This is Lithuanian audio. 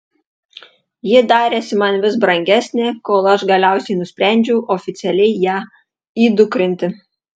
ji darėsi man vis brangesnė kol aš galiausiai nusprendžiau oficialiai ją įdukrinti